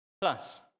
plus